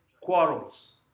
Quarrels